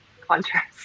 contrast